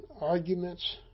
arguments